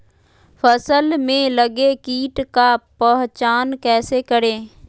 फ़सल में लगे किट का पहचान कैसे करे?